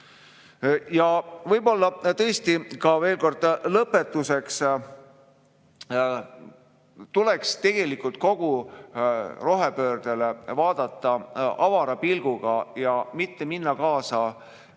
Võib-olla tõesti, veel kord lõpetuseks, tuleks tegelikult kogu rohepöördele vaadata avara pilguga, mitte minna kaasa